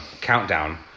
countdown